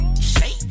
Shake